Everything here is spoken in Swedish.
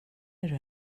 hur